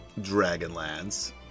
Dragonlands